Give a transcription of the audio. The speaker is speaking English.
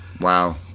Wow